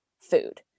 food